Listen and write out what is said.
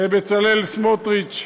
לבצלאל סמוטריץ,